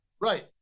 Right